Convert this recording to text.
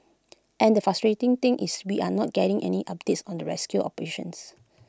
and the frustrating thing is we are not getting any updates on the rescue operations